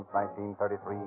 1933